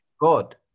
god